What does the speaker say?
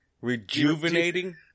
rejuvenating